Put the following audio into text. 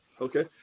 okay